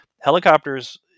Helicopters